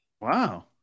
Wow